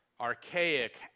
archaic